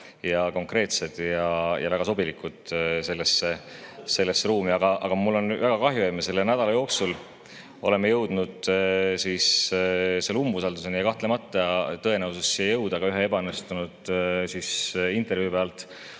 ja konkreetsed ja väga sobilikud sellesse ruumi. Aga mul on väga kahju, et me selle nädala jooksul oleme jõudnud selle umbusalduseni. Ja kahtlemata, tõenäosus siia jõuda ka ühe ebaõnnestunud intervjuu pealt